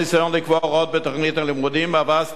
בתוכנית הלימודים מהווה סתירה להוראות החוק,